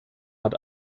hat